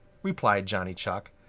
replied johnny chuck.